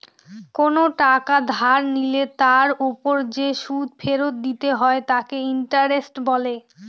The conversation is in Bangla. কোন টাকা ধার নিলে তার ওপর যে সুদ ফেরত দিতে হয় তাকে ইন্টারেস্ট বলে